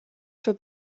für